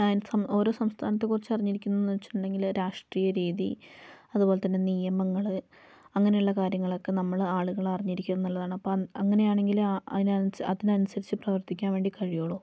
ഓരോ സംസ്ഥാനത്തെ കുറിച്ച് അറിഞ്ഞിരിക്കുന്നത് എന്ന് വെച്ചിട്ടുണ്ടെങ്കിൽ രാഷ്ട്രീയ രീതി അതുപോലെ തന്നെ നിയമങ്ങൾ അങ്ങനെയുള്ള കാര്യങ്ങളൊക്കെ നമ്മൾ ആളുകൾ അറിഞ്ഞിരിക്കുന്നത് നല്ലതാണ് അപ്പം അങ്ങനെയാണെങ്കിൽ അതിനാ അതിനനുസരിച്ച് പ്രവർത്തിക്കാൻ വേണ്ടി കഴിയുകയുള്ളൂ